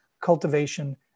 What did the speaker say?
cultivation